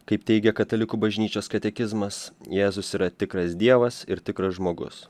kaip teigia katalikų bažnyčios katekizmas jėzus yra tikras dievas ir tikras žmogus